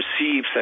receive